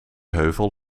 heuvel